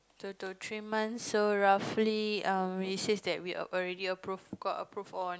two to three months so roughly um we already approve got approved on